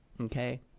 Okay